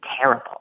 terrible